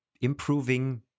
Improving